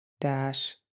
dash